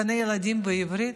גני ילדים בעברית,